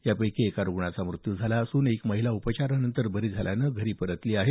यापैकी एका रुग्णाचा मृत्यू झाला असून एक महिला उपचारानंतर बरी झाल्यानं घरी परतली आहे